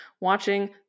watching